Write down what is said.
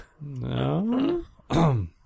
No